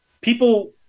people